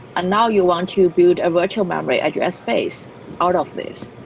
and now you want to build a virtual memory at your space out of this.